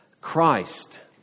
Christ